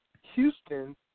Houston